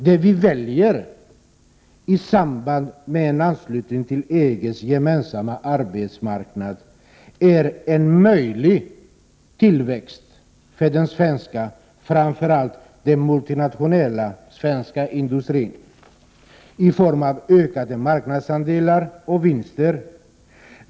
Det vi väljer i samband med en anslutning till EG:s gemensamma arbetsmarknad är en möjlig tillväxt för framför allt den multinationella svenska industrin, i form av ökade marknadsandelar och vinster.